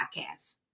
podcast